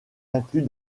inclus